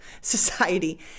society